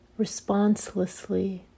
responselessly